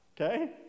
okay